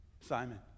Simon